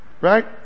Right